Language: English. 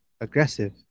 aggressive